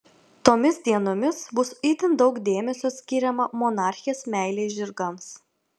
tomis dienomis bus itin daug dėmesio skiriama monarchės meilei žirgams